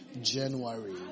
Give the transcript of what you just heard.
January